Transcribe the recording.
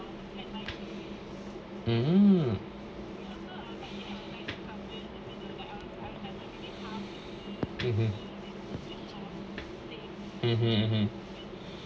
um (uh huh)